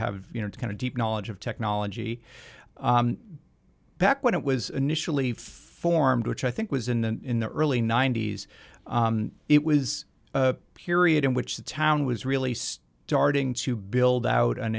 have you know the kind of deep knowledge of technology back when it was initially formed which i think was in the in the early ninety's it was a period in which the town was released darting to build out an